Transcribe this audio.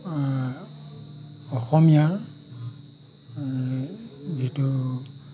অসমীয়াৰ যিটো